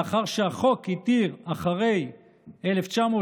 לאחר שהחוק התיר, אחרי 1989,